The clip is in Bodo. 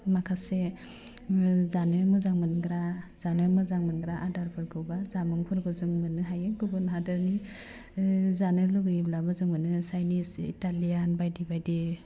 माखासे ओह जानो मोजां मोनग्रा जानो मोजां मोनग्रा आदारफोरखौबा जांमुंफोरखौ जों मोन्नो हायो गुबुन हादोरनि ओह जानो लुगैब्लाबो जों मोनो चाइनिस इटालियान बायदि बायदि